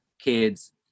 kids